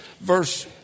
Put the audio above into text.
Verse